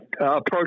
approach